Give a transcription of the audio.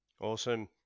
awesome